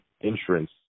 insurance